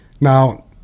Now